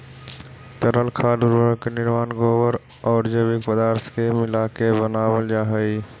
तरल खाद उर्वरक के निर्माण गोबर औउर जैविक पदार्थ के मिलाके बनावल जा हई